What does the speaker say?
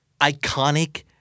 iconic